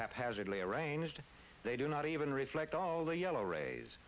haphazardly arranged they do not even reflect all the yellow ra